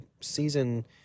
season